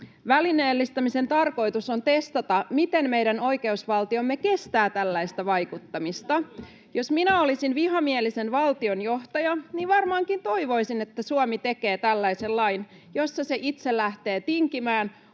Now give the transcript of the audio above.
Välineellistämisen tarkoitus on testata, miten meidän oikeusvaltiomme kestää tällaista vaikuttamista. Jos minä olisin vihamielisen valtion johtaja, niin varmaankin toivoisin, että Suomi tekee tällaisen lain, jossa se itse lähtee tinkimään